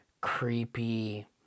creepy